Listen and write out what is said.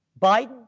Biden